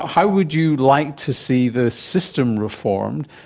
how would you like to see the system reformed?